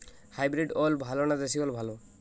Hybrid ওল ভালো না দেশী ওল ভাল?